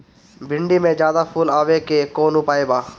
भिन्डी में ज्यादा फुल आवे के कौन उपाय बा?